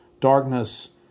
darkness